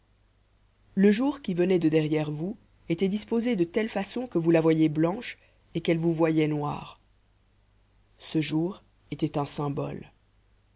le jour qui venait de derrière vous était disposé de telle façon que vous la voyiez blanche et qu'elle vous voyait noir ce jour était un symbole